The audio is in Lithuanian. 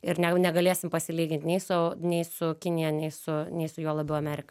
ir neg negalėsim pasilygint nei su nei su kinija nei su nei su juo labiau amerik